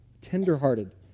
tenderhearted